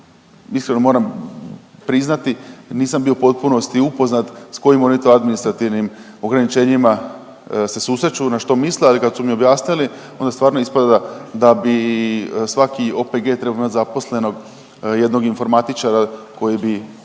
Iskreno moram priznati nisam bio u potpunosti upoznat s kojim oni to administrativnim ograničenjima se susreću, na što misle ali kad su mi objasnili onda stvarno ispada da, da bi svaki OPG trebao imati zaposlenog jednog informatičara koji bi